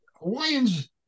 Hawaiians